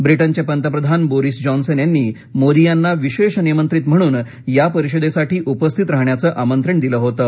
ब्रिटनये पंतप्रधान Boris Johnson यांनी मोदी यांना विशेष निमंत्रित म्हणून या परिषदेसाठी उपस्थित राहण्याचं आमंत्रण दिलं होतं